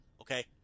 Okay